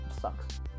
sucks